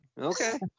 okay